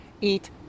eat